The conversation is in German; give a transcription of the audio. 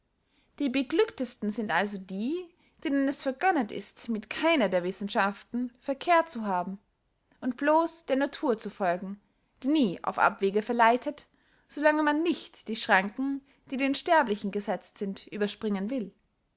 die beglücktesten sind also die denen es vergönnet ist mit keiner der wissenschaften verkehr zu haben und blos der natur zu folgen die nie auf abwege verleitet so lange man nicht die schranken die den sterblichen gesetzt sind überspringen will